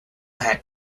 had